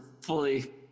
fully